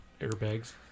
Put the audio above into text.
Airbags